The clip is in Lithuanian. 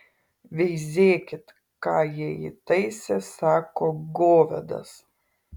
veizėkit ką jie įtaisė sako govedas